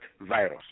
virus